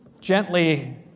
gently